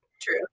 True